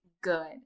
good